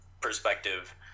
perspective